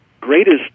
greatest